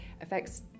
affects